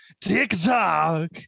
TikTok